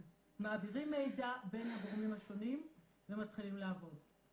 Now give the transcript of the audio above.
מעבירים מידע בין הגורמים השונים ומתחילים לעבוד.